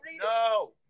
no